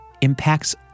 impacts